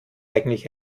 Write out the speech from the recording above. eigentlich